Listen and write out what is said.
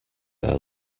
their